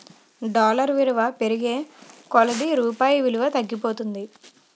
dollar విలువ పెరిగే కొలది రూపాయి విలువ తగ్గిపోతుంది